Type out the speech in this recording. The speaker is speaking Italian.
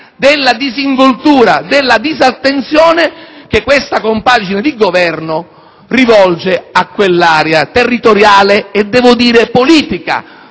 della disinvoltura, della disattenzione che questa compagine di Governo rivolge a quell'area territoriale e politica.